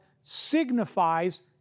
signifies